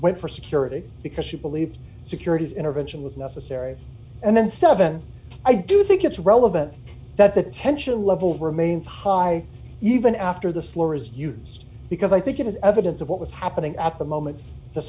went for security because she believed security's intervention was necessary and then seven i do think it's relevant that the tension level remains high even after the slower is used because i think it is evidence of what was happening at the moment the